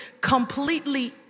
completely